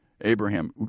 Abraham